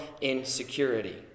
insecurity